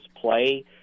play